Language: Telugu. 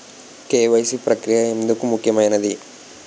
కే.వై.సీ ప్రక్రియ ఎందుకు ముఖ్యమైనది?